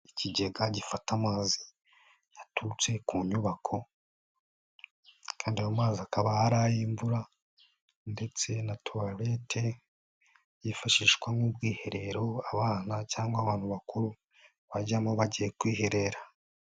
Ikigega gifata amazi yaturutse ku nyubako kandi ayo mazi akaba ari ay'imvura ndetse na tuwarete yifashishwa nk'ubwiherero abana cyangwa abantu bakuru bajyamo bagiye kwiherera.